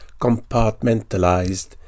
compartmentalized